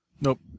Nope